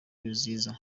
kwizihiza